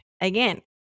Again